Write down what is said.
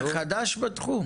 אני חדש בתחום?